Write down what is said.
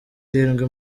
irindwi